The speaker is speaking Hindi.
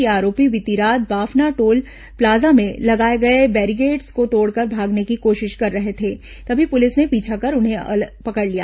ये आरोपी बीती रात बाफना टोल प्लाजा में लगाए गए बैरीकेट्स को तोड़कर भागने की कोशिश कर रहे थे तभी पुलिस ने पीछा कर इन्हें पकड़ लिया